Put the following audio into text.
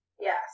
Yes